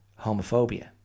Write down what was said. homophobia